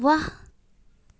ৱাহ